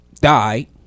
died